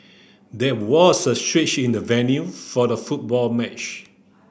there was a switch in the venue for the football match